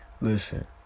Listen